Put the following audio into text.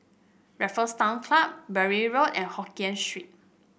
Raffles Town Club Bury Road and Hokien Street